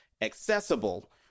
accessible